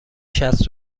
شصت